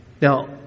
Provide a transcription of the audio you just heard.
Now